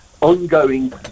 ongoing